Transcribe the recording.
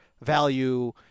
value